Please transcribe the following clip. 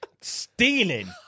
Stealing